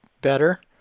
better